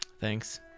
Thanks